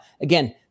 again